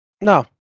no